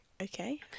Okay